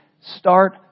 start